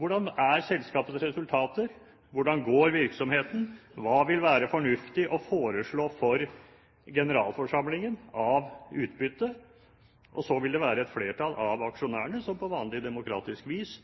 Hvordan er selskapets resultater? Hvordan går virksomheten? Hva vil være fornuftig å foreslå for generalforsamlingen av utbytte? Så vil det være et flertall av aksjonærene som på vanlig demokratisk vis